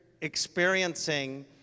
experiencing